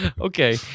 Okay